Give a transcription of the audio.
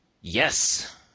Yes